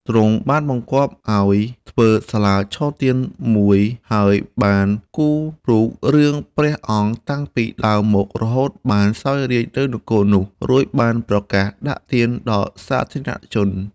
ទ្រង់បានបង្គាប់ឲ្យធ្វើសាលាឆទានមួយហើយបានគូររូបរឿងព្រះអង្គតាំងពីដើមមក រហូតបានសោយរាជ្យនៅនគរនោះ រួចបានប្រកាសដាក់ទានដល់សាធារណជន។